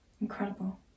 Incredible